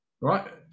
right